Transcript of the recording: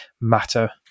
matter